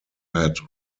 had